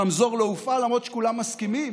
הרמזור לא הופעל, למרות שכולם מסכימים